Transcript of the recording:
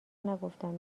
نگفتن